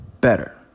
Better